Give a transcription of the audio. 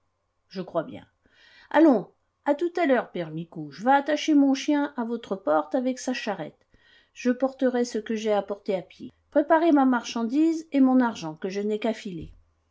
je crois bien allons à tout à l'heure père micou je vas attacher mon chien à votre porte avec sa charrette je porterai ce que j'ai à porter à pied préparez ma marchandise et mon argent que je n'aie qu'à filer